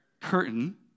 Curtain